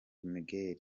magnell